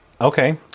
Okay